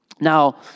Now